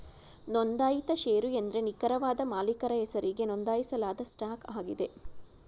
ನೊಂದಾಯಿತ ಶೇರು ಎಂದ್ರೆ ನಿಖರವಾದ ಮಾಲೀಕರ ಹೆಸರಿಗೆ ನೊಂದಾಯಿಸಲಾದ ಸ್ಟಾಕ್ ಆಗಿದೆ